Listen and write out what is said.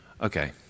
okay